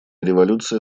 революция